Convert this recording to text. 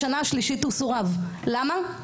בשנה השלישית הוא סורב - למה?